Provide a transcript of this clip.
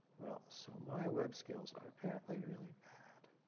well, so my web scales are apparently really bad.